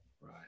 Right